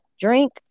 drink